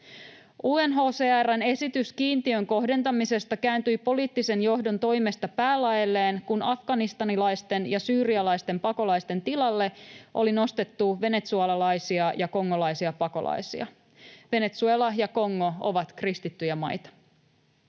UNHCR:n esitys kiintiön kohdentamisesta kääntyi poliittisen johdon toimesta päälaelleen, kun afganistanilaisten ja syyrialaisten pakolaisten tilalle oli nostettu venezuelalaisia ja kongolaisia pakolaisia — Venezuela ja Kongo ovat kristittyjä maita.